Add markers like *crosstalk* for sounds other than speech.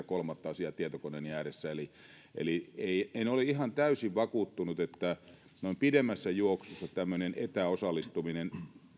*unintelligible* kolmatta asiaa tietokoneeni ääressä eli eli en ole ihan täysin vakuuttunut että noin pidemmässä juoksussa tämmöinen etäosallistuminen